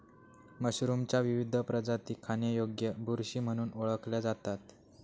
मशरूमच्या विविध प्रजाती खाण्यायोग्य बुरशी म्हणून ओळखल्या जातात